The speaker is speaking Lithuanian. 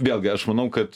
vėlgi aš manau kad